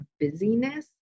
busyness